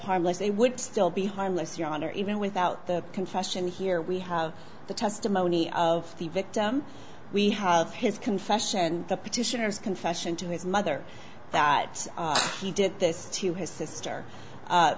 harmless they would still be harmless yonder even without the confession here we have the testimony of the victim we have his confession the petitioner's confession to his mother that he did this to his sister